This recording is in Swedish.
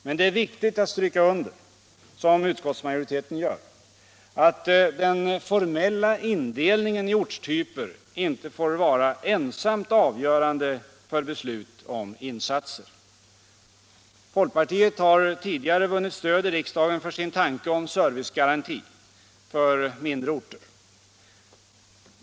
Men det är viktigt att stryka under, som utskottsmajoriteten gör, att den formella indelningen i ortstyper inte får vara ensamt avgörande för beslut om insatser. Folkpartiet har tidigare vunnit stöd i riksdagen för sin tanke om servicegaranti för mindre orter.